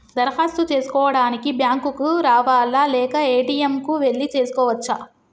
దరఖాస్తు చేసుకోవడానికి బ్యాంక్ కు రావాలా లేక ఏ.టి.ఎమ్ కు వెళ్లి చేసుకోవచ్చా?